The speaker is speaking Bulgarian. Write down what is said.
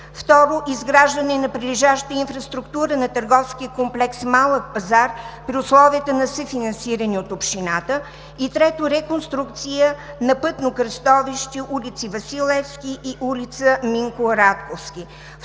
2. Изграждане на прилежаща инфраструктура на търговски комплекс „Малък пазар“, при условията на съфинансиране от общината. 3. Реконструкция на пътно кръстовище – ул. „Васил Левски“ и ул. „Минко Радковски“.